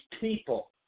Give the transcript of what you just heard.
people